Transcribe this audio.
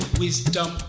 wisdom